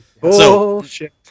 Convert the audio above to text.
Bullshit